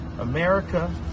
america